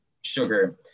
sugar